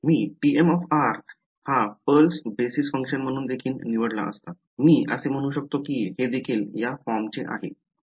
मी tm हा pulse basis function म्हणून देखील निवडला असता मी असे म्हणू शकतो की हे देखील या फॉर्मचे आहे